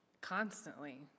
constantly